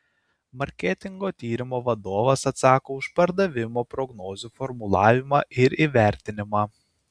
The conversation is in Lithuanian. marketingo tyrimo vadovas atsako už pardavimo prognozių formulavimą ir įvertinimą